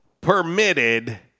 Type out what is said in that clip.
permitted